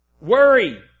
Worry